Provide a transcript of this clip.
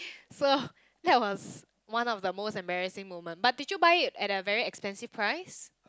so that was one of the most embarrassing moment but did you buy it at a very expensive price